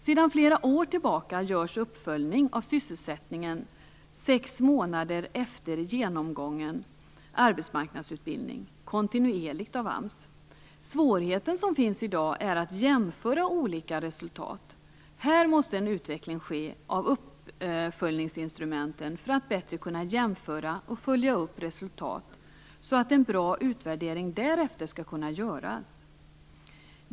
Sedan flera år tillbaka görs uppföljning av sysselsättningen sex månader efter genomgången arbetsmarknadsutbildning kontinuerligt av AMS. Svårigheten som finns i dag är att jämföra olika resultat. Här måste en utveckling ske av uppföljningsinstrumenten för att man bättre skall kunna jämföra och följa upp resultat, så att en bra utvärdering därefter skall kunna göras.